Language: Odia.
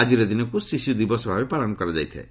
ଆଜିର ଦିନକୁ ଶିଶୁଦିବସ ଭାବେ ପାଳନ କରାଯାଇଥାଏ